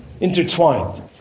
Intertwined